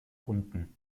unten